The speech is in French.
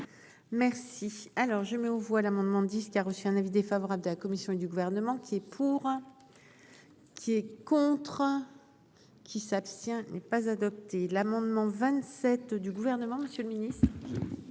Merci. Alors je mets aux voix l'amendement dit ce qu'il a reçu un avis défavorable de la commission et du gouvernement. C'est pour. Qui est contre. Qui s'abstient n'est pas adopté l'amendement 27 du gouvernement, Monsieur le Ministre.